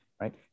right